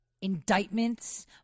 indictments